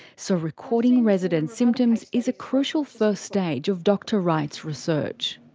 so recording residents' symptoms is a crucial first stage of dr wright's research.